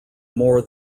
more